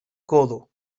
codo